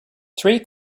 three